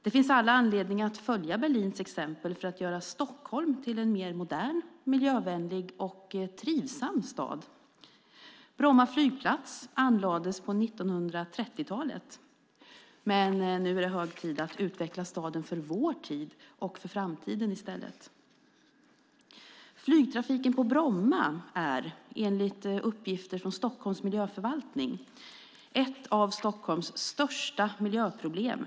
Det finns all anledning att följa Berlins exempel för att göra Stockholm till en mer modern, miljövänlig och trivsam stad. Bromma flygplats anlades på 1930-talet, men nu är det hög tid att utveckla staden för vår tid och för framtiden. Flygtrafiken på Bromma är enligt uppgifter från Stockholms miljöförvaltning ett av Stockholms största miljöproblem.